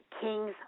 King's